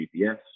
GPS